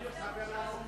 איזה ירושה?